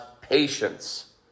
patience